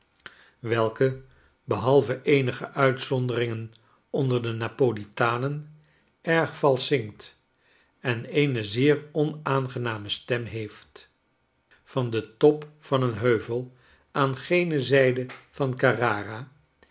welke behalve eenige uitzonderingen onder de napolitanen eig valsch zingt en eene zeer onaangename stem heeft van den top van een heuvel aan gene zijde van carrara